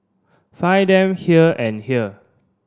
find them here and here